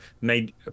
made